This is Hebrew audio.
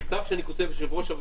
אבל, חבר'ה, מחר, לא עכשיו.